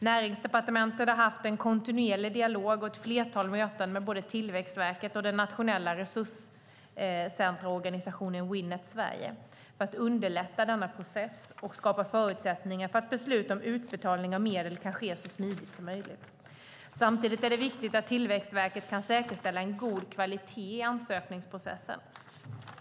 Näringsdepartementet har haft en kontinuerlig dialog och ett flertal möten med både Tillväxtverket och den nationella resurscentraorganisationen Winnet Sverige för att underlätta denna process och skapa förutsättningar för att beslut om utbetalning av medel kan ske så smidigt som möjligt. Samtidigt är det viktigt att Tillväxtverket kan säkerställa en god kvalitet i ansökningsprocessen.